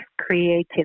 creativity